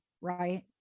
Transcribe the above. right